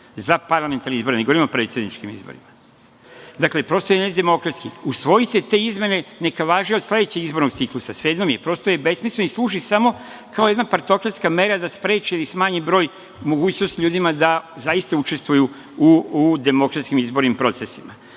za parlamentarne izbore? Ne govorim o predsedničkim izborima. Dakle, prosto je nedemokratski. Usvojite te izmene, neka važe od sledećeg izbornog ciklusa, svejedno je. Prosto je besmisleno i služi samo kao jedna partokratska mera da spreči ili smanji broj mogućnosti ljudima da zaista učestvuju u demokratskim izbornim procesima. Napokon,